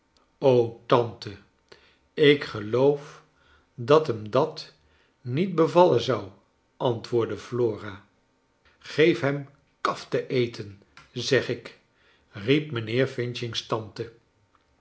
tante ik geloof dat hem dat niet bevallen zou antwoordde flora geef hem kaf te eten zeg ik riep mijnheer f's tante